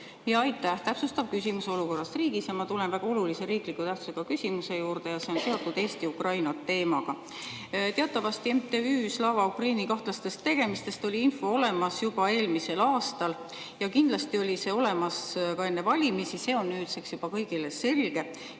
Aitäh! Täpsustav küsimus, olukorrast riigis. Ma tulen väga olulise riikliku tähtsusega küsimuse juurde ja see on seotud Eesti-Ukraina teemaga. Teatavasti MTÜ Slava Ukraini kahtlaste tegemiste kohta oli info olemas juba eelmisel aastal. Kindlasti oli see olemas ka enne valimisi, see on nüüdseks juba kõigile selge.